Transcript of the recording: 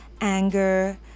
anger